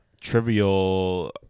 trivial